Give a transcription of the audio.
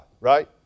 Right